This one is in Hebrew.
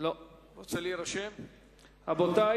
אדוני